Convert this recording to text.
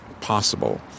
possible